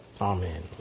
Amen